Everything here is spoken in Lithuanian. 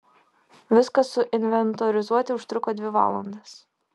viską suinventorizuoti užtruko dvi valandas